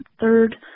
third